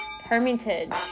Hermitage